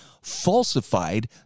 falsified